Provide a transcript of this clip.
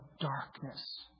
darkness